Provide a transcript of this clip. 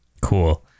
cool